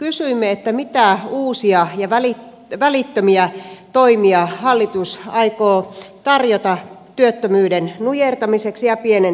eli kysyimme mitä uusia ja välittömiä toimia hallitus aikoo tarjota työttömyyden nujertamiseksi ja pienentämiseksi